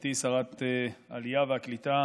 גברתי שרת העלייה והקליטה,